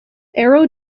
aero